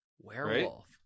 Werewolf